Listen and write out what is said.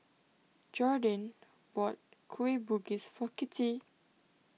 Jordin bought Kueh Bugis for Kittie